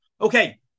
Okay